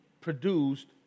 produced